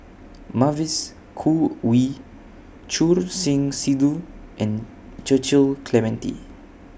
Mavis Khoo Oei Choor Singh Sidhu and Clementi